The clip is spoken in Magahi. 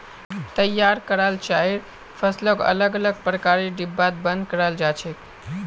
तैयार कराल चाइर फसलक अलग अलग प्रकारेर डिब्बात बंद कराल जा छेक